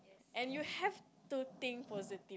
and you have to think positive